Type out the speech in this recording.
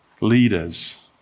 leaders